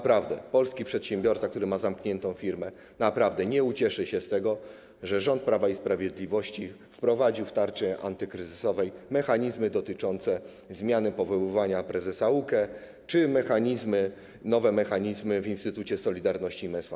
Polski przedsiębiorca, który ma zamkniętą firmę, naprawdę nie ucieszy się z tego, że rząd Prawa i Sprawiedliwości wprowadził w tarczy antykryzysowej mechanizmy dotyczące zmiany powoływania prezesa UKE czy nowe mechanizmy w Instytucie Solidarności i Męstwa.